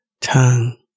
tongue